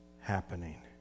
happening